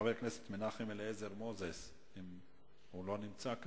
חבר הכנסת מנחם אליעזר מוזס, הוא אינו נמצא.